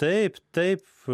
taip taip